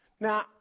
Now